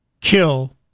kill